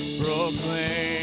proclaim